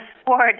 sport